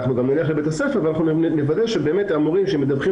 אנחנו נלך לבית הספר ואנחנו נוודא שהמורים שמדווחים